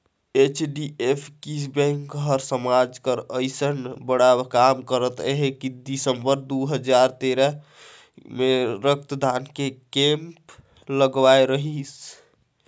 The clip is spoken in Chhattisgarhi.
एच.डी.एफ.सी बेंक हर समाज बर अइसन बड़खा काम करत हे छै दिसंबर दू हजार तेरा मे रक्तदान के केम्प लगवाए रहीस